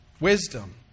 wisdom